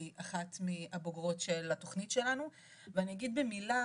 היא אחת מהבוגרות של התוכנית שלנו ואני אגיד במילה,